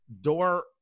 door